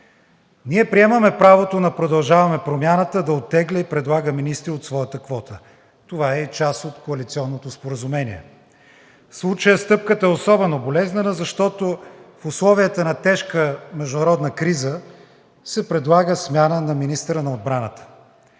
Ние приемаме правото на „Продължаваме Промяната“ да оттегля и предлага министри от своята квота – това е и част от коалиционното споразумение. В случая стъпката е особено болезнена, защото в условията на тежка международна криза се предлага смяна на министъра на отбраната.